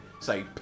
Say